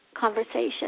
conversation